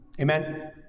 amen